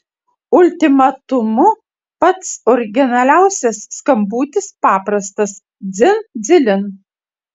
ultimatumu pats originaliausias skambutis paprastas dzin dzilin